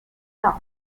not